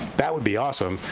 that would be awesome,